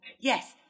Yes